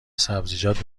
سبزیجات